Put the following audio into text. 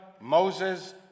Moses